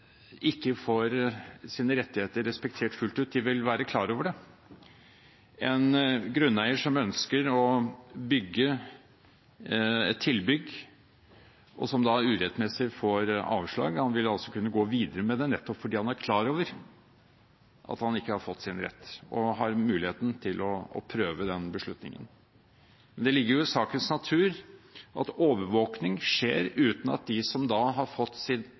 ikke får sine rettigheter respektert fullt ut, være klar over det. En grunneier som ønsker å reise et tilbygg, og som urettmessig får avslag, vil altså kunne gå videre med det, nettopp fordi han er klar over at han ikke har fått sin rett og har muligheten til å prøve beslutningen. Det ligger jo i sakens natur at overvåking skjer uten at de som har fått